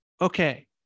okay